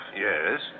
Yes